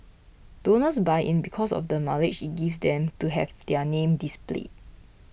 donors buy in because of the mileage it gives them to have their names displayed